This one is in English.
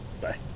Bye